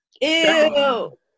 Ew